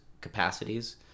capacities